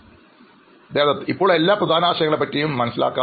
അഭിമുഖം സ്വീകരിക്കുന്നയാൾഇപ്പോൾ എല്ലാ പ്രധാന ആശയങ്ങളെയും പറ്റി അറിയാം